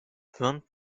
vingt